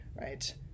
Right